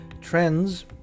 Trends